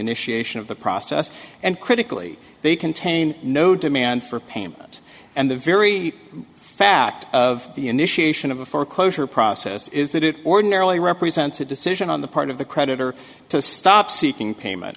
initiation of the process and critically they contain no demand for payment and the very fact of the initiation of a foreclosure process is that it ordinarily represents a decision on the part of the creditor to stop seeking payment